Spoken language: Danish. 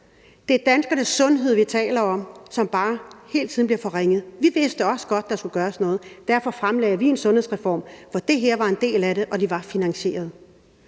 Det er danskernes sundhed, vi taler om, som bare hele tiden bliver forringet. Vi vidste også godt, at der skulle gøres noget. Derfor fremlagde vi en sundhedsreform, hvor det her var en del af den – og den var finansieret.